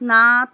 Nath